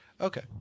Okay